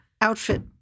Outfit